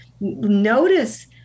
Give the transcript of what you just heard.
Notice